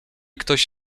ktoś